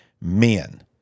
men